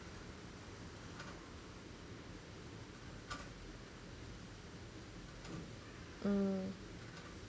mm